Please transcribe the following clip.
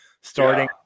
starting